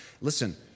listen